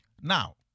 now